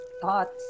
Thoughts